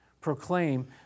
proclaim